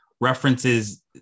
references